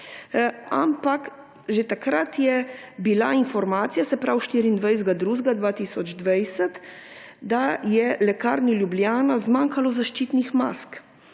ampak že takrat je bila informacija, se pravi 24. 2. 2020, da je Lekarni Ljubljana zmanjkalo zaščitnih mask,